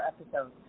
episodes